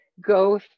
go